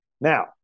Now